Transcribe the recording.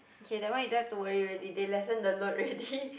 K that one you don't have to worry already they lessen the load already